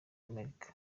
amerika